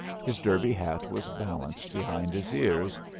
his derby hat was balanced behind his ears,